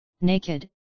naked